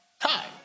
Hi